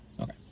Okay